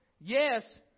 Yes